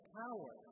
power